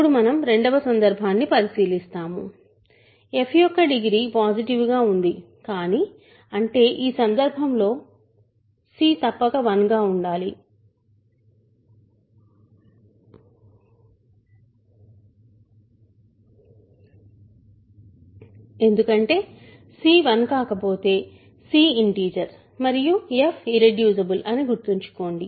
ఇప్పుడు మనం రెండవ సందర్భాన్ని పరిశీలిస్తాము f యొక్క డిగ్రీ పాసిటివ్ గా ఉంది కానీ అంటే ఈ సందర్భంలో c తప్పక 1 గా ఉండాలి ఎందుకంటే c 1 కాకపోతే c ఇంటిజర్ మరియు f ఇర్రెడ్యూసిబుల్ అని గుర్తుంచుకోండి